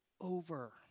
over